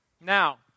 Now